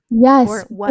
yes